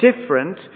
different